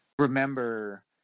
remember